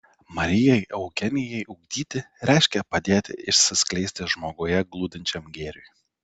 marijai eugenijai ugdyti reiškia padėti išsiskleisti žmoguje glūdinčiam gėriui